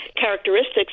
characteristics